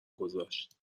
گذاشت